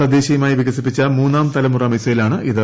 തദ്ദേശീയമായി വികസിപ്പിച്ച മൂന്നാം തലമുറ മിസൈലാണിത്